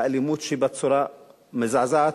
האלימות בצורה מזעזעת,